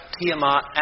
Tiamat